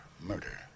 murder